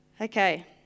Okay